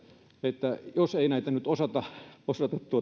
että jos ei näitä mitä on aikaansaatu nyt osata